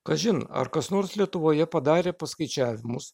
kažin ar kas nors lietuvoje padarė paskaičiavimus